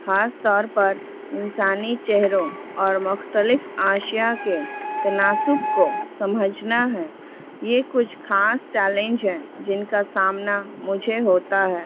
خاص طور پر انسانی چہروں اور مختلف عشیا کے تناسب کو سمجھنا ہے یہ کچھ خھاص چیلنج ہیں جن کا سامنا مجھے ہوتا ہے